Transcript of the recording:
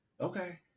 okay